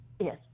Yes